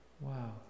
Wow